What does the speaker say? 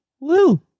Woo